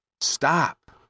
stop